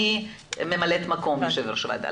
אני ממלאת מקום יו"ר וועדה.